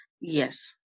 Yes